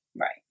right